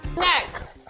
next.